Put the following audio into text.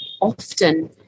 Often